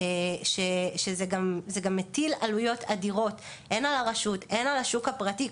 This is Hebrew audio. וזה גם מטיל עלויות אדירות הן על הרשות והן על השוק הפרטי.